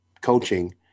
coaching